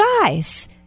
guys